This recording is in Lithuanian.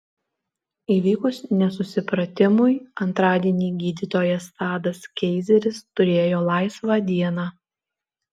įvykus nesusipratimui antradienį gydytojas tadas keizeris turėjo laisvą dieną